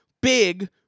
big